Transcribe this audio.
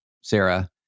Sarah